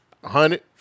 Hundred